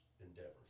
endeavors